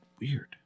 weird